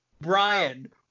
brian